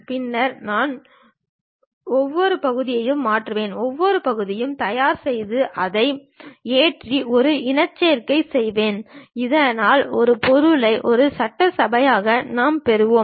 பின்னர் நான் ஒவ்வொரு பகுதியையும் ஏற்றுவேன் ஒவ்வொரு பகுதியையும் தயார் செய்து அதை ஏற்றி ஒரு இனச்சேர்க்கை செய்வேன் இதனால் ஒரு பொருளை ஒரு சட்டசபையாக நாம் பெறுவோம்